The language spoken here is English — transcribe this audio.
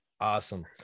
awesome